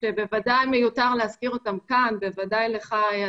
שיש 250